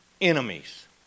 enemies